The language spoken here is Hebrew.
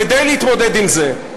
כדי להתמודד עם זה,